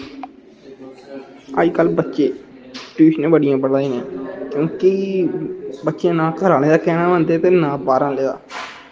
अज्जकल बच्चे ट्यूशन बड़ी पढ़ा दे आं केईं बच्चे ना घरै आह्लें दा कहना मनदे ना बाहर आह्लें दा